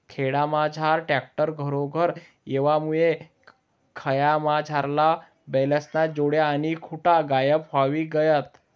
खेडामझार ट्रॅक्टर घरेघर येवामुये खयामझारला बैलेस्न्या जोड्या आणि खुटा गायब व्हयी गयात